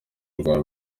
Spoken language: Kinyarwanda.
rwa